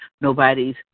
nobody's